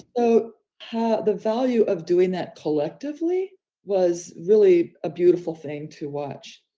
so how the value of doing that collectively was really a beautiful thing to watch.